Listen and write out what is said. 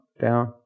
down